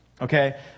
Okay